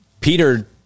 Peter